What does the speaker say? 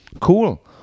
cool